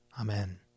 Amen